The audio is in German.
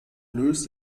löst